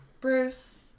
Bruce